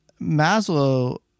Maslow